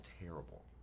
terrible